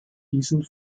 diesen